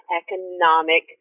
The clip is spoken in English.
economic